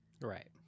Right